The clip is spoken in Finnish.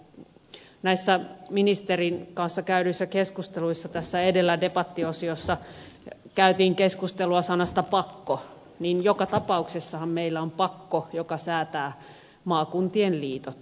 kun näissä ministerin kanssa käydyissä keskusteluissa edellä debattiosiossa käytiin keskustelua sanasta pakko niin joka tapauksessahan meillä on pakko joka säätää maakuntien liitot